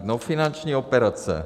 No finanční operace.